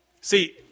See